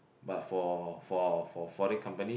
but for for for foreign company